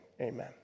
amen